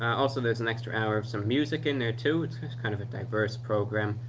also, there's an extra hour of some music in there, too! it's kind of a diverse program.